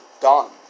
done